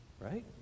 right